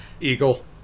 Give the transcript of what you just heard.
Eagle